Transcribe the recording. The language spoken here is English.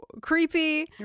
creepy